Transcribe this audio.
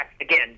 again